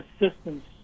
assistance